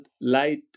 light